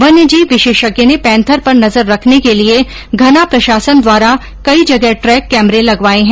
वन्य जीव विशेषज्ञ ने पैंथर पर नजर रखने के लिए घना प्रशासन द्वारा कई जगह ट्रैक कैमरे लगवाए हैं